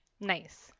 Nice